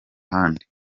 ahandi